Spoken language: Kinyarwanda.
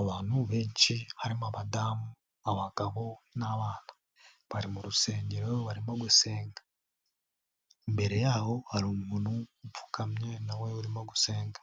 Abantu benshi harimo abadamu. Abagabo n'abana. Bari mu rusengero barimo gusenga. Imbere yaho hari umuntu upfukamye nawe urimo gusenga.